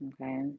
Okay